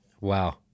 Wow